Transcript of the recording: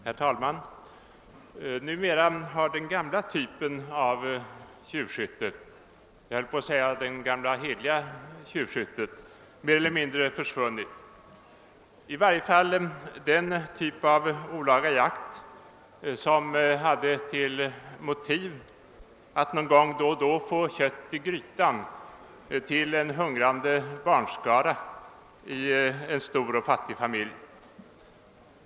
Herr talman! Numera har den gamla typen av tjuvskytte — jag höll på att säga det gamla hederliga tjuvskyttet — mer eller mindre försvunnit. Det gäller i varje fall den typ av olaga jakt som hade till motiv att någon gång då och då få kött i grytan till en hungrande barnskara i en stor och fattig familj.